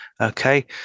Okay